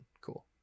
Cool